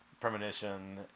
premonition